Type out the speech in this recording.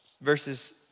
verses